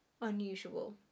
unusual